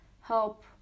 help